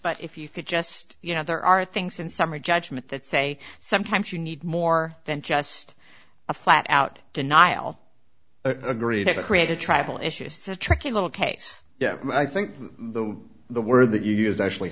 but if you could just you know there are things in summary judgment that say sometimes you need more than just a flat out denial agree to create a tribal issues says tricky little case yeah i think the word that you used actually